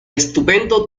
estupendo